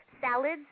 salads